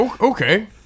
Okay